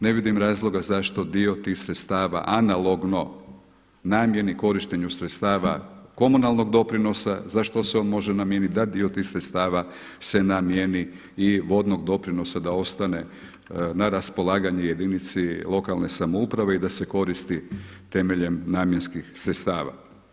Ne vidim razloga zašto dio tih sredstava analogno namjeni korištenju sredstva komunalnog doprinosa, za što se on može namijeniti da dio tih sredstava se namijeni i vodnog doprinosa da ostane na raspolaganje jedinici lokalne samouprave i da se koristi temeljem namjenskih sredstava.